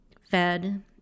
fed